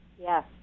Yes